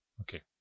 Okay